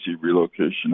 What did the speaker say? relocation